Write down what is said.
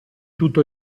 tutto